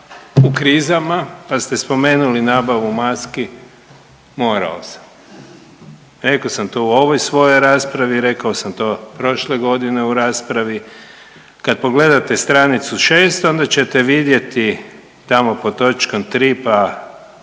u krizama, pa ste spomenuli nabavu maski morao sam. Rekao sam to u ovoj svojoj raspravi, rekao sam to prošle godine u raspravi. Kad pogledate stranicu 6. onda ćete vidjeti tamo pod točkom 3. pasos